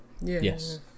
Yes